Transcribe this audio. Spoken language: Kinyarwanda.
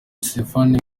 stephanie